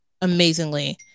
amazingly